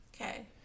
Okay